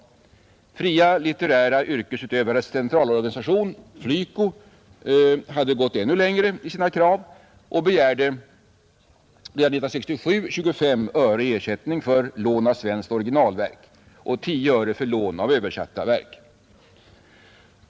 Fria litterära yrkesutövares centralorganisation, FLYCO, hade gått ännu längre i sina krav och begärde redan 1967 25 öre i ersättning för lån av svenskt originalverk och 10 öre för lån av översatta verk.